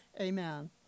amen